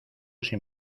sin